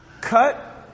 cut